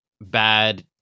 bad